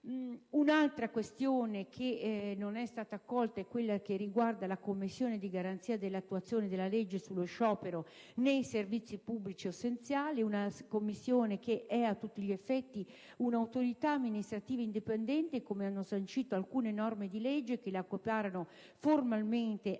Un'altra proposta che non è stata accolta riguarda la Commissione di garanzia per l'attuazione della legge sullo sciopero nei servizi pubblici essenziali, una Commissione che è, a tutti gli effetti, un'autorità amministrativa indipendente come hanno sancito alcune norme di legge che l'hanno formalmente equiparata